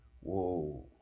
Whoa